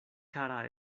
kara